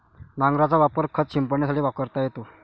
नांगराचा वापर खत शिंपडण्यासाठी करता येतो